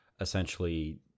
essentially